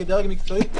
כדרג מקצועי,